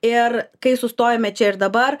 ir kai sustojome čia ir dabar